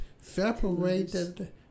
separated